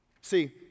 See